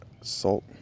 salt